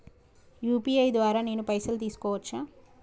UPI ద్వారా నేను పైసలు తీసుకోవచ్చా?